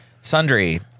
sundry